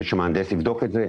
אני צריך שמהנדס יבדוק את זה,